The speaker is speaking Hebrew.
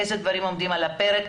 איזה דברים עומדים על הפרק,